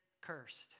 cursed